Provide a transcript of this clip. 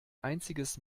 einziges